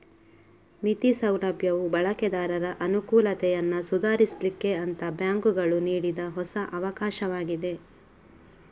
ಮಿತಿ ಸೌಲಭ್ಯವು ಬಳಕೆದಾರರ ಅನುಕೂಲತೆಯನ್ನ ಸುಧಾರಿಸ್ಲಿಕ್ಕೆ ಅಂತ ಬ್ಯಾಂಕುಗಳು ನೀಡಿದ ಹೊಸ ಅವಕಾಶವಾಗಿದೆ